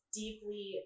deeply